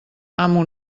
amo